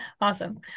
Awesome